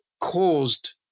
caused